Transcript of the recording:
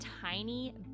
tiny